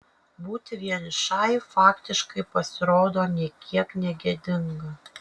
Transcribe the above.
būti vienišai faktiškai pasirodo nė kiek negėdinga